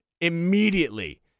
immediately